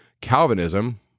Calvinism